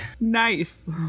Nice